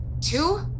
Two